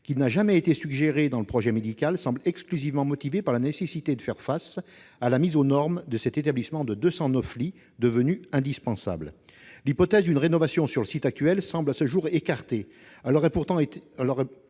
qui n'a jamais été suggérée dans le projet médical, semble exclusivement motivée par la nécessité de faire face à la mise aux normes de cet établissement de 209 lits, laquelle est devenue indispensable. L'hypothèse d'une rénovation sur le site actuel semble à ce jour écartée. Elle aurait pourtant un